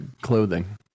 clothing